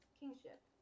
kingship